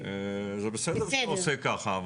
זה בסדר שאתה עושה ככה,